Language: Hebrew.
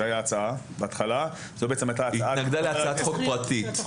זו בעצם הייתה הצעה --- היא התנגדה להצעת חוק פרטית.